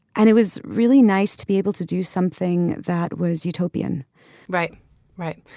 and it was really nice to be able to do something that was utopian right right.